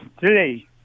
today